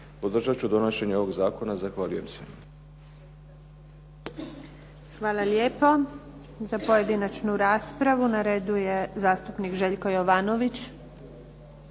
Podržati ću donošenje ovoga zakona. Zahvaljujem se. **Antunović, Željka (SDP)** Hvala lijepo. Za pojedinačnu raspravu na redu je zastupnik Željko Jovanović.